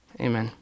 amen